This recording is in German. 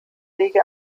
wege